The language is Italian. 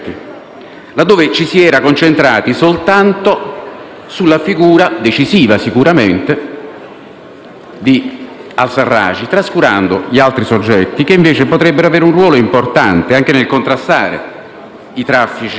laddove ci si era concentrati soltanto sulla figura - decisiva, sicuramente - di al-Sarraj, trascurando gli altri soggetti che invece potrebbero avere un ruolo importante anche nel contrastare i traffici